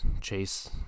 Chase